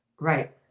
Right